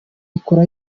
ikora